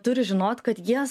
turi žinot kad jie